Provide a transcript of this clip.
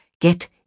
get